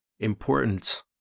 Important